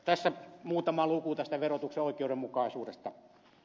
tässä muutama luku tästä verotuksen oikeudenmukaisuudesta